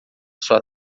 sua